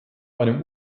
einem